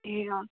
ए